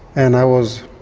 and i was